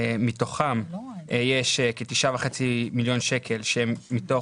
מתוכם יש כ-9.5 מיליון שקל שהם מתוך